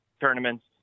tournaments